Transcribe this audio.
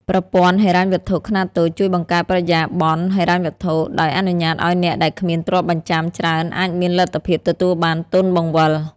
ប្រព័ន្ធហិរញ្ញវត្ថុខ្នាតតូចជួយបង្កើតបរិយាបន្នហិរញ្ញវត្ថុ ដោយអនុញ្ញាតឱ្យអ្នកដែលគ្មានទ្រព្យបញ្ចាំច្រើនអាចមានលទ្ធភាពទទួលបានទុនបង្វិល។